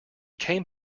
came